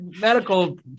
medical